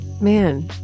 man